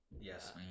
Yes